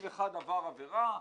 אם אחד עבר עבירה,